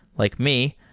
like me,